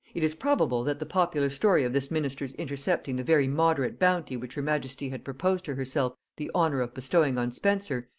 it is probable that the popular story of this minister's intercepting the very moderate bounty which her majesty had proposed to herself the honor of bestowing on spenser,